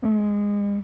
mm